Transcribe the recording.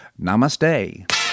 Namaste